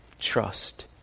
trust